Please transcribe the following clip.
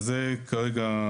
זה כרגע